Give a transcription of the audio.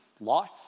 life